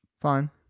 Fine